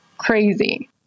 crazy